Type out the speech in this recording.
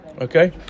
okay